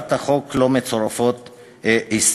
להצעת החוק לא מצורפות הסתייגויות.